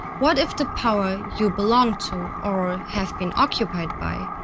what if the power you belong to, or have been occupied by,